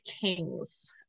Kings